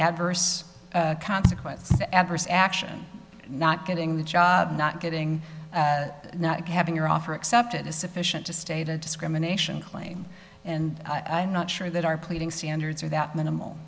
adverse consequence adverse action not getting the job not getting not having your offer accepted is sufficient to state a discrimination claim and i am not sure that our pleading standards are that minimal